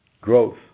growth